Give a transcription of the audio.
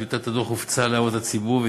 טיוטת הדוח הופצה להערות הציבור,